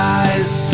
eyes